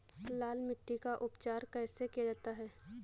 लाल मिट्टी का उपचार कैसे किया जाता है?